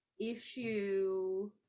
issue